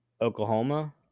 Oklahoma